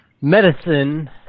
medicine